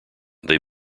they